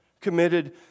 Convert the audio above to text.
committed